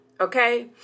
okay